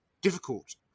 difficult